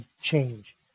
change